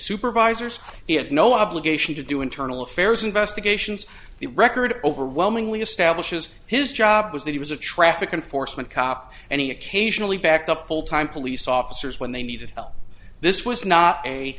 supervisors he had no obligation to do internal affairs investigations the record overwhelmingly establishes his job was that he was a traffic enforcement cop and he occasionally backed up full time police officers when they needed this was not a